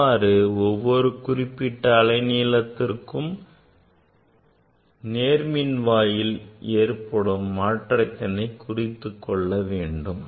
இவ்வாறு ஒவ்வொரு குறிப்பிட்ட அலைநீளத்திற்கும் நேர்மின்வாயில் ஏற்படும் மாற்றத்தினை குறித்துக் கொள்ள வேண்டும்